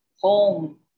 home